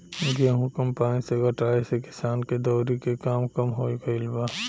गेंहू कम्पाईन से कटाए से किसान के दौवरी के काम कम हो गईल बा